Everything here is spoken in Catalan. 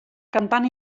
cantant